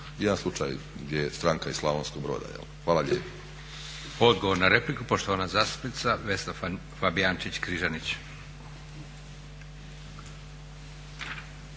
Jedan slučaj gdje je stranka iz Slavonskog Broda. Hvala lijepo.